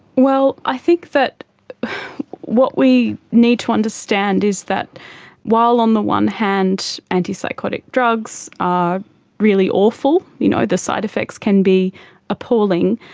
well, i think that what we need to understand is that while on the one hand antipsychotic drugs are really awful, you know the side-effects can be appalling,